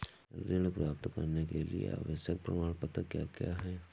ऋण प्राप्त करने के लिए आवश्यक प्रमाण क्या क्या हैं?